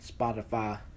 Spotify